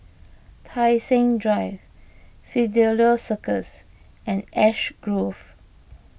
Tai Seng Drive Fidelio Circus and Ash Grove